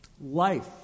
Life